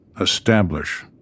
establish